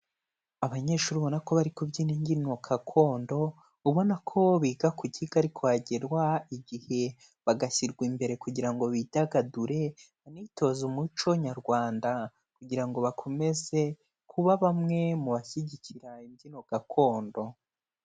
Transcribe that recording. Abanyeshuri ubona ko bari kubyina imbyino gakondo, ubona ko biga ku kigo ariko hagerwa igihe bagashyirwa imbere kugira ngo bidagadure, banitoze umuco nyarwanda kugira ngo bakomeze kuba bamwe mu bashyigikira imbyino gakondo.